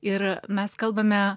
ir mes kalbame